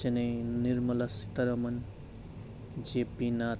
যেনে নিৰ্মলা সীতাৰমন জে পি নাথ